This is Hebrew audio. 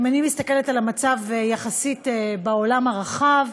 אם אני מסתכלת על המצב יחסית לעולם הרחב,